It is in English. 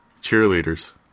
cheerleaders